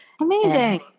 Amazing